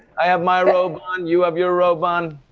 i have my robe on, you have your robe on.